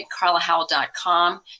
carlahowell.com